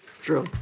true